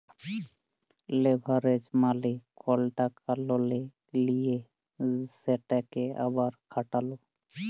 leverage মালে কল টাকা ললে লিঁয়ে সেটকে আবার খাটালো